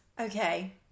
Okay